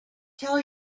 tell